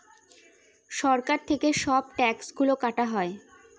সরকার থেকে সব ট্যাক্স গুলো কাটা হয়